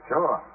Sure